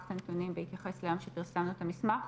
לקחת את הנתונים בהתייחס ליום שפרסמנו את המסמך.